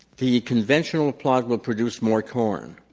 the convent ional plot will produce more corn.